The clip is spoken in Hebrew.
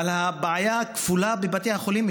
אבל הבעיה כפולה בבתי חולים,